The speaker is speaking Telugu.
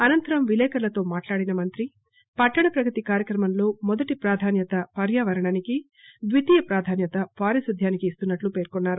అనంతరం విలేకరులతో మాట్లాడిన మంత్రి పట్టణ ప్రగతి కార్యక్రమం లో మొదటి ప్రాధాన్యత పర్యావరణానికి ద్వితీయ ప్రాధాన్యత పారిశుద్ద్వానికి ఇస్తున్నట్టు పేర్కొన్నారు